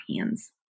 hands